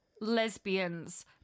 lesbians